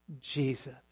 Jesus